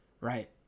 Right